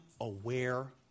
aware